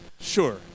Sure